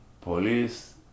police